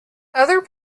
other